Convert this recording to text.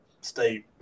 stay